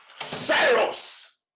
Cyrus